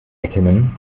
erkennen